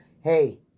hey